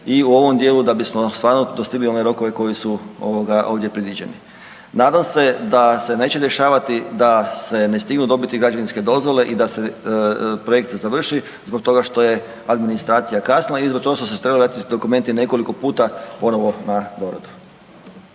i u ovom dijelu da bismo stvarno dostigli one rokove koji su ovoga ovdje predviđeni. Nadam se da se neće dešavati da se ne stignu dobiti građevinske dozvole i da se projekti završe zbog toga što je administracija kasnila i zbog toga što su se trebali vratiti dokumenti nekoliko puta ponovo na doradu.